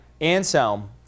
Anselm